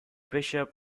bishop